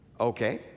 okay